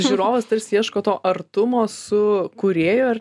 žiūrovas tarsi ieško to artumo su kūrėju ar